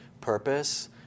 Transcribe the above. purpose